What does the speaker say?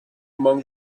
among